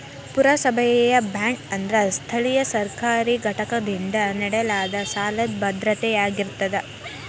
ಪುರಸಭೆಯ ಬಾಂಡ್ ಅಂದ್ರ ಸ್ಥಳೇಯ ಸರ್ಕಾರಿ ಘಟಕದಿಂದ ನೇಡಲಾದ ಸಾಲದ್ ಭದ್ರತೆಯಾಗಿರತ್ತ